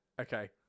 Okay